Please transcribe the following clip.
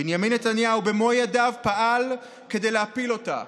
בנימין נתניהו, במו ידיו, פעל כדי להפיל אותה.